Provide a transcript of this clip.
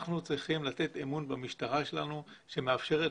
אנחנו צריכים לתת אמון במשטרה שלנו שמאפשרת